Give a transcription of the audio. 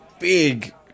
Big